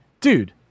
dude